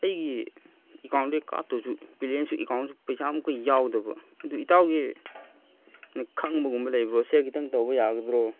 ꯑꯩꯒꯤ ꯑꯦꯛꯀꯥꯎꯟꯗꯒꯤ ꯀꯥꯞꯇꯧꯁꯨ ꯕꯦꯂꯦꯟꯁꯨ ꯑꯦꯛꯀꯥꯎꯟꯁꯨ ꯄꯩꯁꯥ ꯑꯃꯨꯛꯀ ꯌꯥꯎꯗꯕ ꯑꯗꯨ ꯏꯇꯥꯎꯒꯤ ꯈꯪꯕꯒꯨꯝꯕ ꯂꯩꯕ꯭ꯔꯣ ꯁꯦꯌꯔ ꯈꯤꯇꯪ ꯇꯧꯕ ꯌꯥꯒꯗ꯭ꯔꯣ